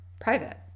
private